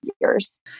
years